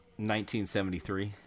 1973